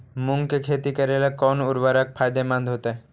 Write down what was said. मुंग के खेती करेला कौन उर्वरक फायदेमंद होतइ?